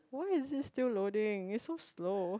why is it still loading is so slow